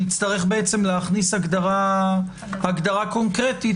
נצטרך להכניס הגדרה קונקרטית,